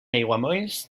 aiguamolls